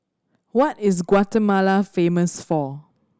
what is Guatemala famous for